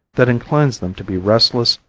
that inclines them to be restless,